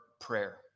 prayer